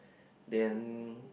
then